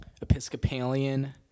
Episcopalian